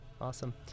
Awesome